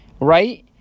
Right